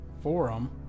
forum